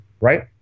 right